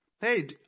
Hey